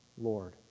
Lord